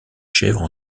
chèvres